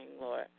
Lord